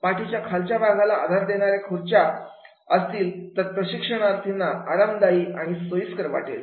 पाठीच्या खालच्या भागाला आधार देणाऱ्या खुर्च्या असतील तर प्रशिक्षणार्थीना आरामदायी आणि आणि सोयीस्कर वाटेल